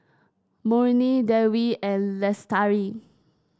Murni Dewi and Lestari